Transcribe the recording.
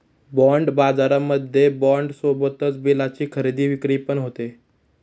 bond बाजारामध्ये bond सोबतच बिलाची खरेदी विक्री पण होते